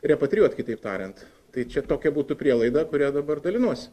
repatrijuot kitaip tariant tai čia tokia būtų prielaida kuria dabar dalinuosi